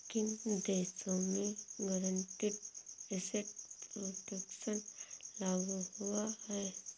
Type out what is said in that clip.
किन देशों में गारंटीड एसेट प्रोटेक्शन लागू हुआ है?